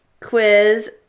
quiz